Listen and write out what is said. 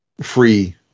free